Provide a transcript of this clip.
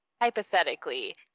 hypothetically